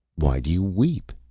why do you weep?